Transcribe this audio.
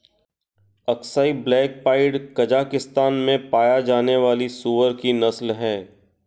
Aksai black pied Kazakhstan में पाया जाने वाली सूअर की नस्ल है